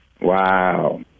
Wow